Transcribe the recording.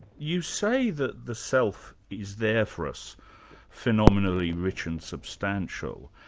you say that the self is there for us phenomenally rich and substantial.